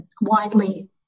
widely